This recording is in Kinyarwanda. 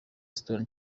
stone